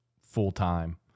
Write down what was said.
full-time